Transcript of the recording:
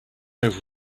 over